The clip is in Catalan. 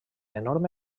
enorme